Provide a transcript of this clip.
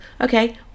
Okay